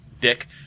dick